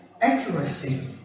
accuracy